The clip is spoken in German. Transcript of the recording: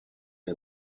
wie